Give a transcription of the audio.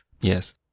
Yes